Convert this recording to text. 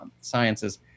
sciences